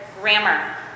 grammar